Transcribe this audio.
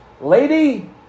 Lady